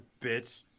bitch